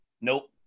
nope